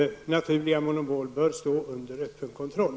Naturliga monopol bör stå under öppen kontroll.